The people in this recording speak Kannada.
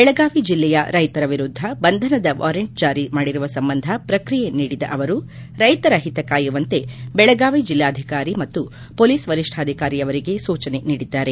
ಬೆಳಗಾವಿ ಜಿಲ್ಲೆಯ ರೈತರ ವಿರುದ್ದ ಬಂಧನದ ವಾರೆಂಟ್ ಜಾರಿ ಮಾಡಿರುವ ಸಂಬಂಧ ಪ್ರಕ್ರಿಯೆ ನೀಡಿದ ಅವರು ರೈತರ ಹಿತ ಕಾಯುವಂತೆ ಬೆಳಗಾವಿ ಜಿಲ್ಲಾಧಿಕಾರಿ ಮತ್ತು ಮೊಲೀಸ್ ವರಿಷ್ಠಾಧಿಕಾರಿಯವರಿಗೆ ಸೂಚನೆ ನೀಡಿದ್ದಾರೆ